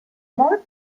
more